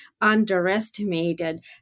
underestimated